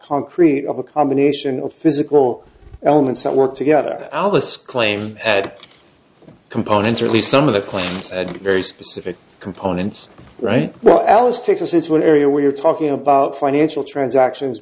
concrete of a combination of physical elements some work together alice claim that components or at least some of the clues said very specific components right well alice takes us into an area where you're talking about financial transactions